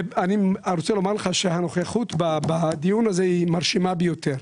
אני רוצה לומר לך שהנוכחות בדיון הזה היא מרשימה ביותר.